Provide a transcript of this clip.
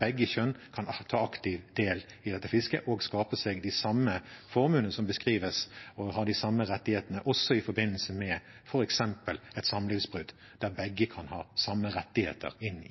begge kjønn å ta aktivt del i fisket, skape seg de samme formuene som beskrives, og ha de samme rettighetene også i forbindelse med f.eks. et samlivsbrudd, der begge kan ha samme rettigheter opp mot